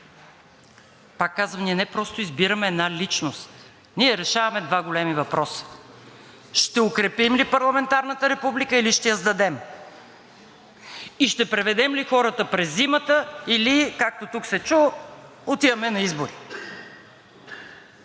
Пак казвам, ние не просто избираме една личност, ние решаваме два големи въпроса – ще укрепим ли парламентарната република, или ще я сдадем, и ще преведем ли хората през зимата или, както тук се чу – отиваме на избори?